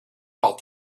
about